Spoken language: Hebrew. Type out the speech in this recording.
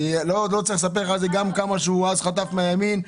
אני לא צריך לספר לך כמה שהוא חטף אז מהימין.